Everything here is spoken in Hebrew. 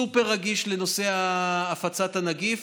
סופר-רגיש לנושא הפצת הנגיף,